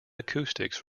acoustics